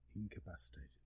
incapacitated